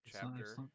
chapter